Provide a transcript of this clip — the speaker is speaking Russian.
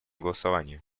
голосования